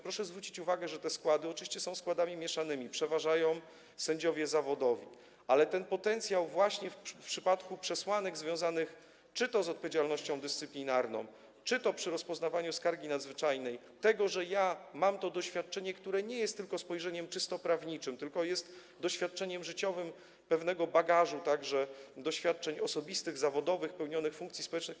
Proszę zwrócić uwagę, że te składy oczywiście są składami mieszanymi, przeważają sędziowie zawodowi, ale ten potencjał właśnie w przypadku przesłanek związanych czy to z odpowiedzialnością dyscyplinarną, czy to przy rozpoznawaniu skargi nadzwyczajnej z tym, że mam to doświadczenie, które nie jest tylko spojrzeniem czysto prawniczym, ale jest też doświadczeniem życiowym, pewnym bagażem doświadczeń, także osobistych, zawodowych, wynikających z pełnionych funkcji społecznych.